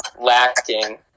lacking